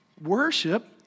worship